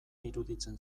iruditzen